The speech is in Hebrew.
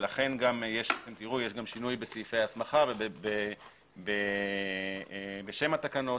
לכן תראו שיש גם שינוי בסעיפי ההסמכה ובשם התקנות